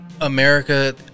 America